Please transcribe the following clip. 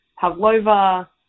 pavlova